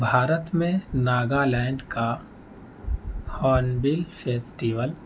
بھارت میں ناگا لینڈ کا ہارن بل فیسٹیول